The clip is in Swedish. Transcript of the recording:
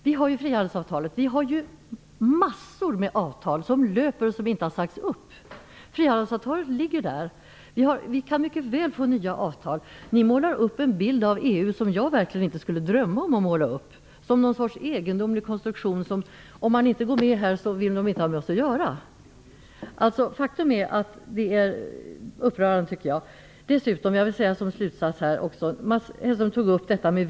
Vi har mängder av avtal, bl.a. frihandelsavtalet, som löper och som vi inte har sagt upp. Vi kan mycket väl få nya avtal. Ni målar upp en bild av EU som jag verkligen inte skulle drömma om att måla upp - som någon sorts egendomlig konstruktion som, om vi inte vill gå med i den inte vill ha med oss att göra. Jag tycker att det är upprörande. Jag vill sammanfattningsvis också säga några ord i frågan om vetot, som togs upp av Mats.